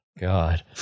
God